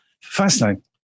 Fascinating